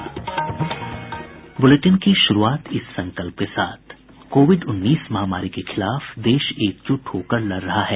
bulletin की शुरूआत इस संकल्प के साथ कोविड उन्नीस महामारी के खिलाफ देश एकज़्ट होकर लड़ रहा है